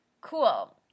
cool